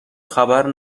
خبر